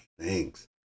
thanks